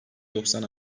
doksan